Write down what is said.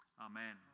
Amen